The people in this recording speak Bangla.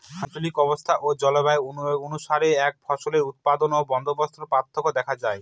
আঞ্চলিক অবস্থান ও জলবায়ু অনুসারে একই ফসলের উৎপাদন বন্দোবস্তে পার্থক্য দেখা যায়